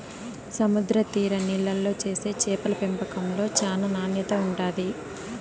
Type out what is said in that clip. సముద్ర తీర నీళ్ళల్లో చేసే చేపల పెంపకంలో చానా నాణ్యత ఉంటాది